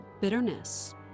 bitterness